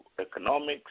economics